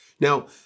Now